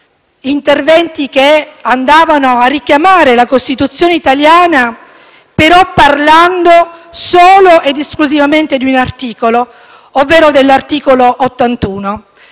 interventi che andavano a richiamare la Costituzione italiana, ma parlando solo ed esclusivamente di un articolo, ovvero dell'articolo 81.